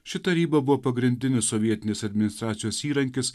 ši taryba buvo pagrindinis sovietinės administracijos įrankis